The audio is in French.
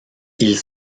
ils